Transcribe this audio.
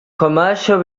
commercial